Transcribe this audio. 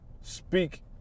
speak